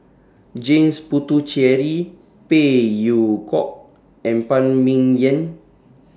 James Puthucheary Phey Yew Kok and Phan Ming Yen